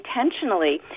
intentionally